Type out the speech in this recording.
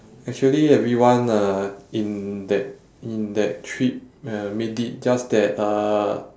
actually everyone uh in that in that trip uh made it just that uh